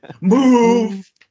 Move